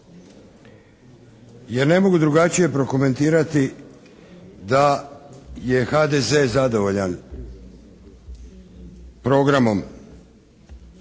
Jer ne mogu drugačije prokomentirati da je HDZ zadovoljan programom